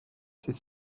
c’est